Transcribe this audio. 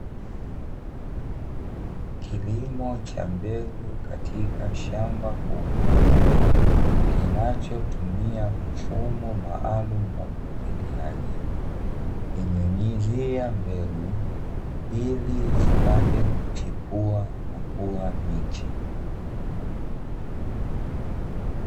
Kilimo cha mbegu katika shamba kubwa, kinachotumia mfumo maalumu wa umwagiliaji kunyunyizia mbegu, ili zipate kuchipua nakua miche.